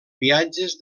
viatges